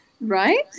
Right